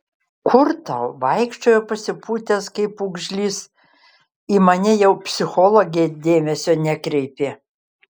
kur tau vaikščiojo pasipūtęs kaip pūgžlys į mane jau psichologę dėmesio nekreipė